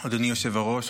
אדוני היושב-ראש.